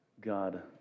God